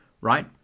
Right